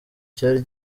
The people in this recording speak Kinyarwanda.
cyari